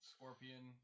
Scorpion